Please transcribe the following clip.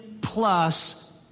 plus